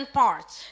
parts